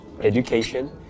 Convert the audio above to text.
education